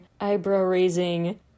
eyebrow-raising